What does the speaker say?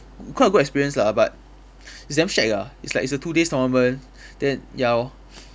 quite a good experience lah but it's damn shagged ah it's like a two days tournament then ya lor